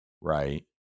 right